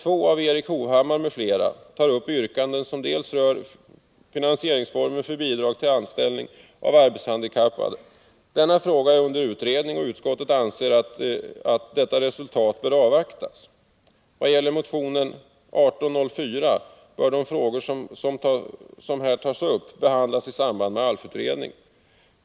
Vad beträffar motion 1804 bör de frågor som där tas upp behandlas i samband med ALF-utredningen.